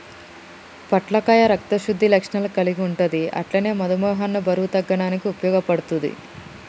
పొట్లకాయ రక్త శుద్ధి లక్షణాలు కల్గి ఉంటది అట్లనే మధుమేహాన్ని బరువు తగ్గనీకి ఉపయోగపడుద్ధి